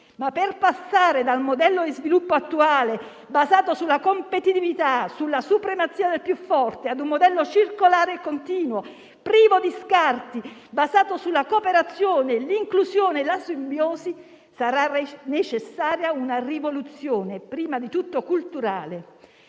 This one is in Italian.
Per passare però dal modello di sviluppo attuale, basato sulla competitività e sulla supremazia del più forte, a uno circolare e continuo, privo di scarti, basato sulla cooperazione, l'inclusione e la simbiosi, sarà necessaria una rivoluzione, prima di tutto culturale,